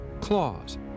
claws